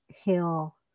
heal